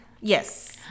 Yes